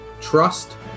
Trust